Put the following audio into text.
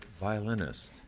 violinist